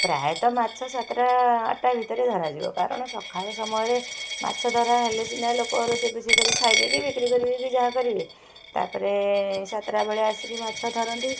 ପ୍ରାୟତଃ ମାଛ ସାତ ଟା ଆଠ ଟା ଭିତରେ ଧରାଯିବ କାରଣ ସଖାଳ ସମୟରେ ମାଛ ଧରାହେଲେ ସିନା ଲୋକ ରୋଷେଇ ଫୋଷେଇ କରିବେ ଖାଇବେ କି ବିକ୍ରୀ କରିବେ କି ଯାହା କରିବେ ତା ପରେ ସାତଟା ବେଳେ ଆସିକି ମାଛ ଧରନ୍ତି